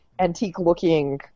antique-looking